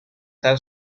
tan